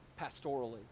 pastorally